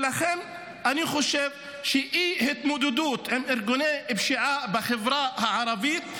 ולכן אני חושב שאי-התמודדות עם ארגוני פשיעה בחברה הערבית,